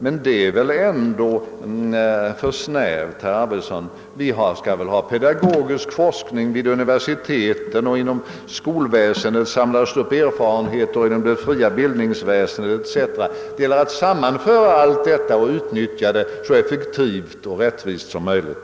Men det är väl ändå inte meningen att det skall vara så snävt. Vi skall väl ha pedagogisk forskning vid universiteten, och inom skolväsendet samlas det erfarenheter även från det fria bildningsväsendet för att sammanföra och utnyttja allt så effektivt och rättvist som möjligt.